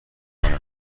کنه